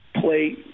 play